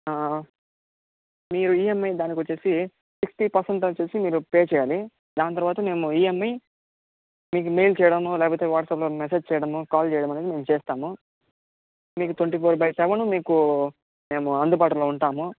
మీరు ఇఎంఐ దాని కొచ్చేసి సిక్స్టీ పర్సెంట్ వచ్చేసి మీరు పే చేయాలి దాని తర్వాత మేము ఇఎంఐ మీకు మెయిల్ చేయడము లేకపోతే వాట్స్అప్లో మెసేజ్ చేయడము కాల్ చేయడము అనేది మేము చేస్తాము మీకు ట్వెంటీ ఫోర్ బై సెవెను మీకు మేము అందుబాటులో ఉంటాము